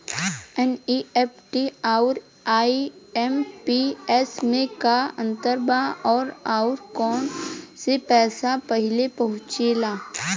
NEFT आउर IMPS मे का अंतर बा और आउर कौना से पैसा पहिले पहुंचेला?